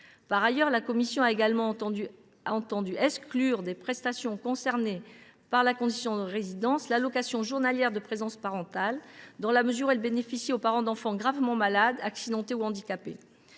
Par ailleurs, la commission a également entendu exclure des prestations concernées par la condition de résidence l’allocation journalière de présence parentale (AJPP), dans la mesure où celle ci profite aux parents d’enfants gravement malades, accidentés ou handicapés.